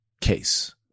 case